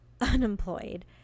Unemployed